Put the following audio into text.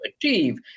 achieve